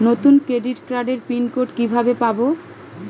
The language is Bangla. নতুন ক্রেডিট কার্ডের পিন কোড কিভাবে পাব?